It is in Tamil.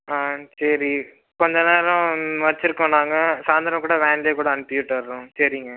ஆ சரி கொஞ்ச நேரம் வச்சுருக்கோம் நாங்கள் சாய்ந்திரம் கூட வேனில் கூட அனுப்பி விட்டுறோம் சரிங்க